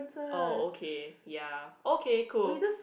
oh okay ya okay cool